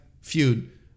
feud